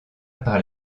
par